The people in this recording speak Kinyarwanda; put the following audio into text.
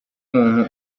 umuntu